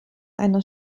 einer